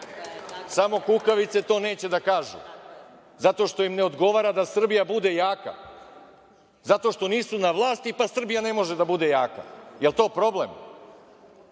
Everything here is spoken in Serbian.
Samo kukavice to neće da kažu, zato što im ne odgovara da Srbija bude jaka, zato što nisu na vlasti, pa Srbija ne može da bude jaka. Jel to problem?